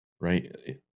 right